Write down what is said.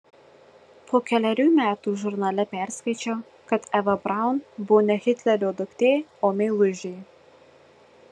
po kelerių metų žurnale perskaičiau kad eva braun buvo ne hitlerio duktė o meilužė